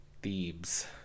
Thebes